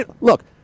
Look